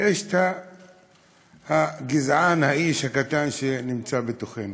יש את הגזען, האיש הקטן שנמצא בתוכנו,